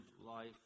life